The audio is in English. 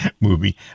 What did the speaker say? movie